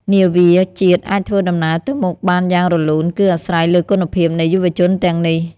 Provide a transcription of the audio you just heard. នាវាជាតិអាចធ្វើដំណើរទៅមុខបានយ៉ាងរលូន គឺអាស្រ័យលើគុណភាពនៃយុវជនទាំងនេះ។